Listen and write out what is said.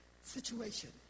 situation